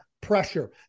pressure